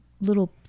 little